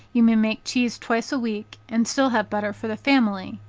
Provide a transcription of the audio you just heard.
you may make cheese twice a week, and still have butter for the family.